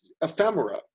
ephemera